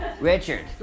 Richard